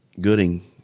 Gooding